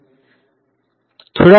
વિદ્યાર્થી ફંકશનનુ વેલ્યુ